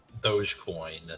Dogecoin